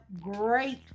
great